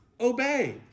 obey